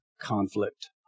conflict